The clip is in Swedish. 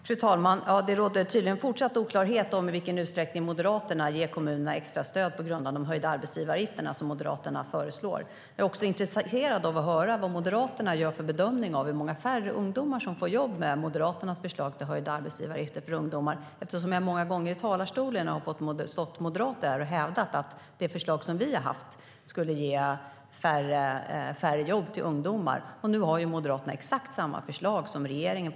Fru talman! Det råder tydligen fortsatt oklarhet om i vilken utsträckning Moderaterna ger kommunerna extra stöd på grund av de höjda arbetsgivaravgifterna som Moderaterna föreslår. Jag är också intresserad av att höra vad Moderaterna gör för bedömning av hur många färre ungdomar som får jobb med Moderaternas förslag till höjda arbetsgivaravgifter för ungdomar. Jag har hört många moderater från talarstolen hävdat att vårt förslag skulle ge färre jobb till ungdomar, och nu har ju Moderaterna exakt samma förslag som regeringen.